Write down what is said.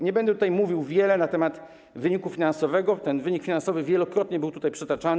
Nie będę mówił wiele na temat wyniku finansowego, ten wynik finansowy wielokrotnie był tutaj przytaczany.